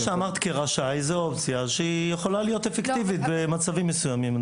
מה שאמרת כרשאי זו אופציה היכולה להיות אפקטיבית במצבים מסוימים.